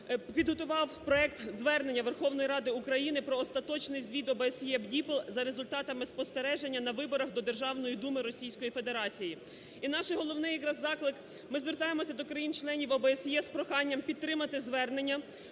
підготував проект Звернення Верховної Ради України "Про Остаточний Звіт ОБСЄ/БДІПЛ за результатами спостереження на виборами до Державної Думи Російської Федерації". І наш головний, якраз, заклик, ми звертаємося до країн-членів ОБСЄ з проханням підтримати Звернення